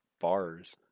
Bars